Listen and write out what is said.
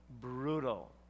brutal